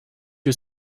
que